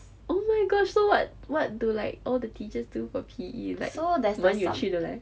oh my gosh so what what do like all the teachers do for P_E like 蛮有趣的 leh